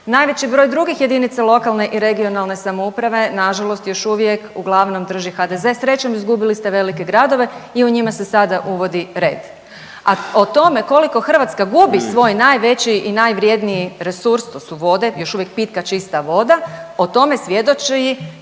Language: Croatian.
Najveći broj drugih jedinica lokalne i regionalne samouprave nažalost još uvijek uglavnom drži HDZ, srećom izgubili ste velike gradove i u njima se sada uvodi red. A o tome koliko Hrvatska gubi svoj najveći i najvrjedniji resurs to su vode, još uvijek pitka, čista voda o tome svjedoči